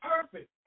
perfect